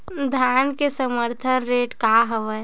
धान के समर्थन रेट का हवाय?